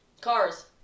Cars